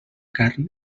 carn